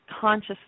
conscious